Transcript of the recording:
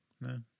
No